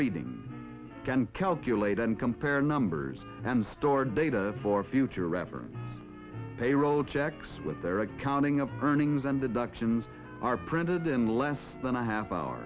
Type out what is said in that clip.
reading can calculate and compare numbers and store data for future reference payroll checks with their accounting of earnings and adduction are printed in less than a half hour